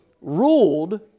ruled